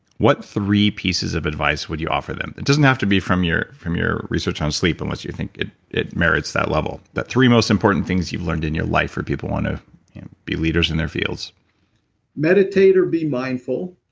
what three pieces of advice would you offer them? it doesn't have to be from your from your research on sleep, unless you think it it merits that level. the three most important things you've learned in your life for people who want to be leaders in their fields meditate or be mindful,